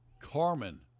Carmen